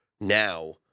now